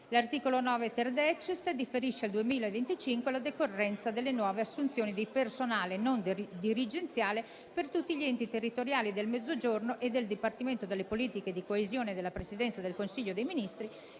L'articolo 9-*terdecies* differisce al 2025 la decorrenza delle nuove assunzioni di personale non dirigenziale per tutti gli enti territoriali del Mezzogiorno e del Dipartimento delle politiche di coesione della Presidenza del Consiglio dei ministri